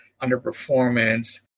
underperformance